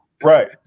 Right